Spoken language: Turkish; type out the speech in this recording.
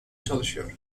çalışıyor